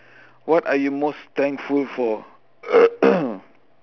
what are you most thankful for